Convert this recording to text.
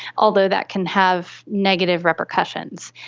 although that can have negative repercussions.